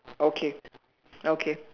okay okay